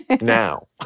now